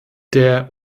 der